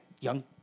young